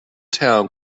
town